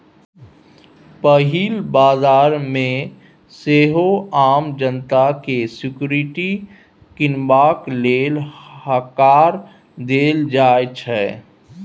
पहिल बजार मे सेहो आम जनता केँ सिक्युरिटी कीनबाक लेल हकार देल जाइ छै